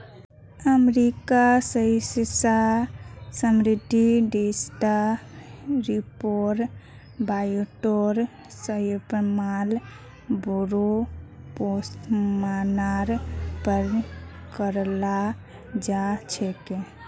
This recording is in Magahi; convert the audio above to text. अमेरिकार हिस्सा समृद्ध देशत रीपर बाइंडरेर इस्तमाल बोरो पैमानार पर कराल जा छेक